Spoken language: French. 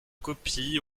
copie